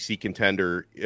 contender